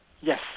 Yes